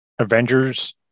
Avengers